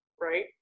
right